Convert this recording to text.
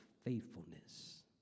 faithfulness